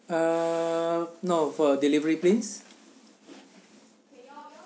uh no for delivery please